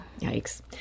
Yikes